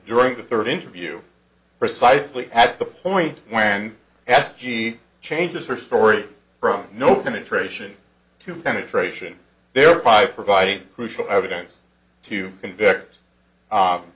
during the third interview precisely at the point when asked he changes her story from no penetration to penetration there are five providing crucial evidence to convict